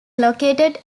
located